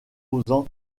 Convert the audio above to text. opposant